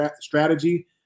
strategy